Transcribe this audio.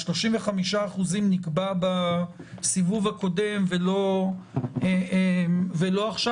ה-35% נקבעו בסיבוב הקודם ולא עכשיו.